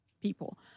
people